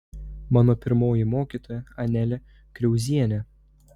mano pirmoji mokytoja anelė kriauzienė